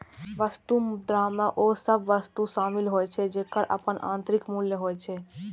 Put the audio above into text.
वस्तु मुद्रा मे ओ सभ वस्तु शामिल होइ छै, जेकर अपन आंतरिक मूल्य होइ छै